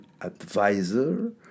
advisor